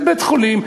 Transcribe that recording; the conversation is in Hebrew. זה בית-חולים,